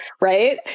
Right